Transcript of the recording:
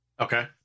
Okay